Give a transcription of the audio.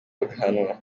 bagahanwa